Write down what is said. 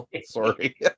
sorry